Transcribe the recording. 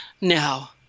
Now